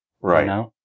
Right